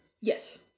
Yes